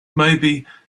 maybe